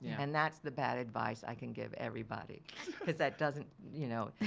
and that's the bad advice i can give everybody because that doesn't you know.